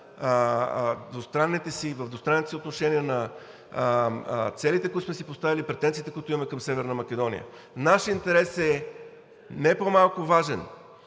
да получим изпълнение на целите, които сме си поставили, претенциите, които имаме към Северна Македония. Нашият интерес е не по-малко важен